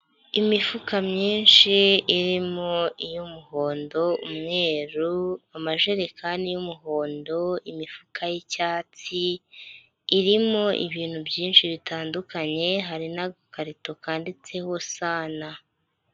Imifuka myinshi irimo iy'umuhondo, imyeru, amajerekani y'umuhondo, imifuka y'icyatsi irimo ibintu byinshi bitandukanye, hari n'agakarito kanditseho sana.